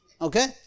Okay